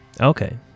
Okay